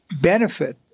benefit